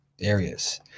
areas